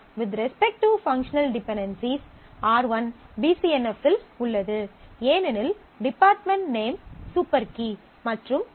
with respect to functional dependencies R1 B C N F இல் உள்ளது ஏனெனில் department name super key மற்றும் primary key